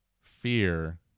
fear